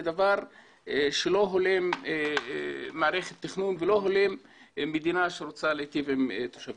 זה דבר שלא הולם מערכת תכנון ולא הולם מדינה שרוצה להיטיב עם תושביה.